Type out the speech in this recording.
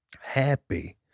happy